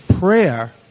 prayer